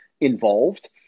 involved